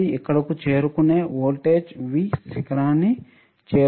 అది ఇక్కడకు చేరుకునే వోల్టేజ్ V శిఖరాన్ని చేరుకుంటుంది